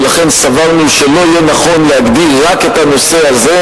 ולכן סברנו שלא יהיה נכון להגדיר רק את הנושא הזה,